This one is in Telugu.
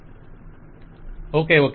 vendor okay okay